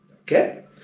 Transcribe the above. Okay